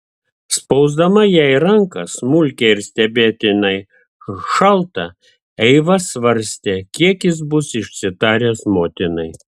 spausdama jai ranką smulkią ir stebėtinai šaltą eiva svarstė kiek jis bus išsitaręs motinai